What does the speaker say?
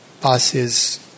passes